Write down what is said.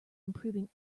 improving